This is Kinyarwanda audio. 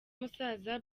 umusaza